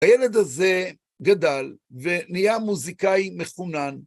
הילד הזה גדל ונהיה מוזיקאי מחונן.